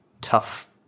tough